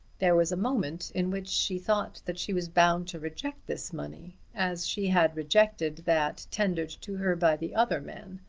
there was a moment in which she thought that she was bound to reject this money, as she had rejected that tendered to her by the other man.